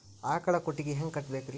ಆಕಳ ಕೊಟ್ಟಿಗಿ ಹ್ಯಾಂಗ್ ಕಟ್ಟಬೇಕ್ರಿ?